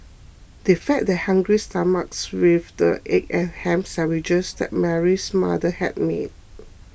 they fed their hungry stomachs with the egg and ham sandwiches that Mary's mother had made